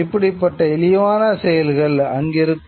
இப்படிப்பட்ட இழிவான செயல்கள் அங்கிருக்கும்